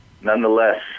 nonetheless